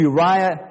Uriah